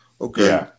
okay